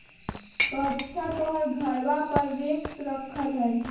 कअच्छा तोहर घरवा पर रेक रखल हई?